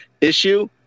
issue